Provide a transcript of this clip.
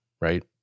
right